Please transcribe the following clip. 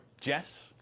Jess